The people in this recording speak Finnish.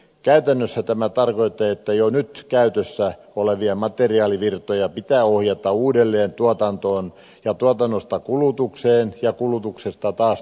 käytännössä tämä tarkoittaa että jo nyt käytössä olevia materiaalivirtoja pitää ohjata uudelleen tuotantoon ja tuotannosta kulutukseen ja kulutuksesta taas tuotantoon